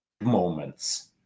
moments